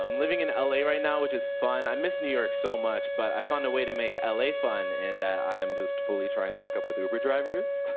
um living in l a. right now, which is fun. i miss new york so much, but i found a way to make l a. fun in that i'm just fully trying to hook up with uber drivers.